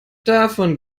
davon